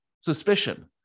suspicion